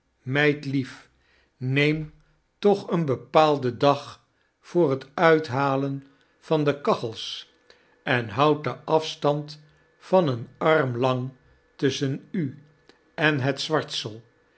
meidlief neem toch een bepaalden dag voor het uithalen van de kachels en houdt den af stand van een arm lang tusschen u en het zwartsel